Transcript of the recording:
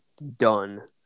done